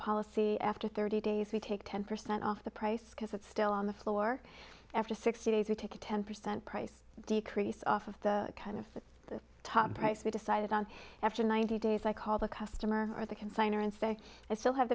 policy after thirty days we take ten percent off the price because it's still on the floor after sixty days we take a ten percent price decrease off of the kind of the top price we decided on after ninety days i call the customer or the